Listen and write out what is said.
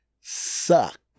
suck